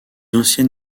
ancien